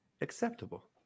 acceptable